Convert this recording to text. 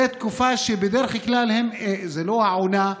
זאת תקופה שבדרך כלל היא לא העונה,